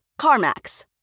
CarMax